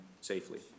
safely